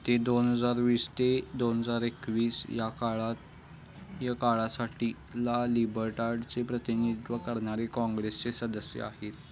ते दोन हजार वीस ते दोन हजार एकवीस या काळात या काळासाठी ला लिबर्टारडचे प्रतिनिधित्व करणारे काँग्रेसचे सदस्य आहेत